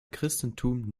christentum